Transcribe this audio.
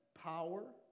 power